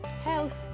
health